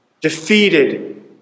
defeated